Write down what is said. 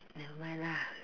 nevermind lah